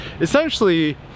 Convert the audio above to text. essentially